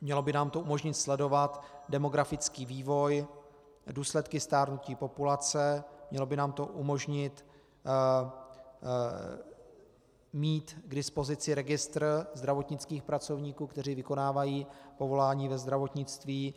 Mělo by nám to umožnit sledovat demografický vývoj, důsledky stárnutí populace, mělo by nám to umožnit mít k dispozici registr zdravotnických pracovníků, kteří vykonávají povolání ve zdravotnictví.